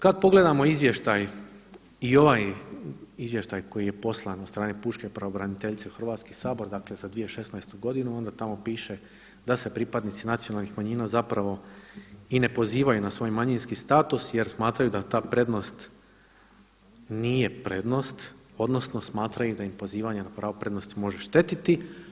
Kad pogledamo izvještaj i ovaj izvještaj koji je poslan od strane pučke pravobraniteljice u Hrvatski sabor, dakle za 2016. godinu, onda tamo piše da se pripadnici nacionalnih manjina zapravo i ne pozivaju na svoj manjinski status, jer smatraju da ta prednost nije prednost, odnosno smatraju da im pozivanje na pravo prednosti može štetiti.